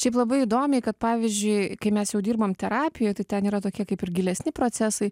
šiaip labai įdomiai kad pavyzdžiui kai mes jau dirbam terapijoj tai ten yra tokie kaip ir gilesni procesai